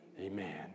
Amen